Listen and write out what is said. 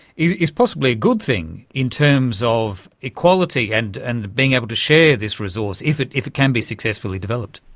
is possibly a good thing in terms of equality and and being able to share this resource, if it if it can be successfully developed.